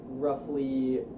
roughly